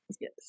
Yes